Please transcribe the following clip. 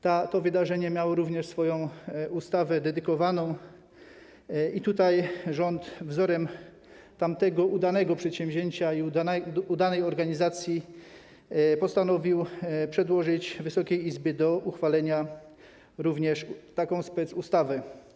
To wydarzenie miało również swoją ustawę dedykowaną i tutaj rząd wzorem tamtego udanego przedsięwzięcia i udanej organizacji postanowił przedłożyć Wysokiej Izbie do uchwalenia również taką specustawę.